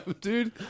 dude